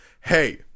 hey